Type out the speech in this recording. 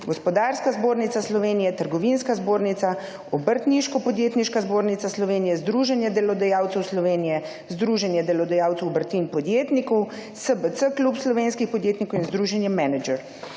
Gospodarska zbornica Slovenije, Trgovinska zbornica, Obrtniško podjetniška zbornica Slovenije, Združenje delodajalcev Slovenije, Združenje delodajalcev obrti in podjetnikov, SBC klub slovenskih podjetnikov in Združenje Menedžer.